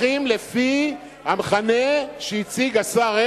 לפי השאלה שלך.